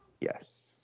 Yes